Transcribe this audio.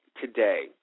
today